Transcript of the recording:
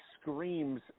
screams